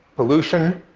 pollution,